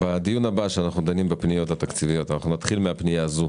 בדיון הבא שנדון בפניות תקציביות נתחיל בזה,